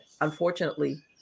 unfortunately